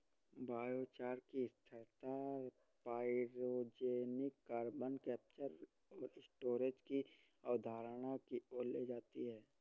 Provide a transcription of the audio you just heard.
biochar की स्थिरता pyrogenic carbon capture और स्टोरेज की अवधारणा की ओर ले जाती है